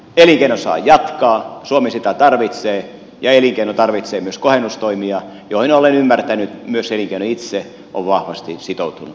elinkeino saa jatkaa suomi sitä tarvitsee ja elinkeino tarvitsee myös kohennustoimia joihin olen ymmärtänyt että myös elinkeino itse on vahvasti sitoutunut